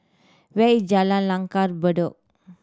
where is Jalan Langgar Bedok